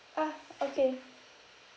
ah okay